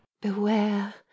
beware